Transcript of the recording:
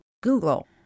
Google